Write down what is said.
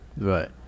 right